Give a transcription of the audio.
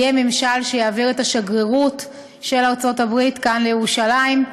יהיה ממשל שיעביר את השגרירות של ארצות-הברית לכאן לירושלים.